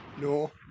no